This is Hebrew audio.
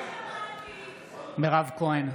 מירב כהן,